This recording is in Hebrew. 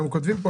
אלי אלפסי,